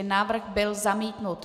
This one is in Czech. Návrh byl zamítnut.